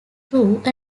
through